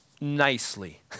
nicely